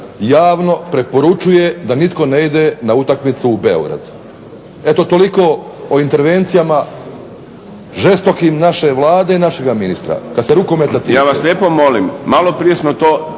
javno preporučuje da nitko ne ide na utakmicu u Beograd. Evo toliko o intervencijama naše Vlade i našega ministra kada se rukometa tiče.